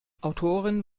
autorin